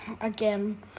again